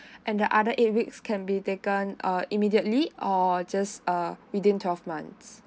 and the other eight weeks can be taken uh immediately or just uh within twelve months